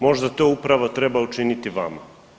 Možda to upravo treba učiniti vama.